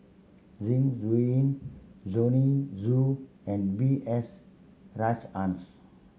Zeng Shouyin Joanne Soo and B S Rajhans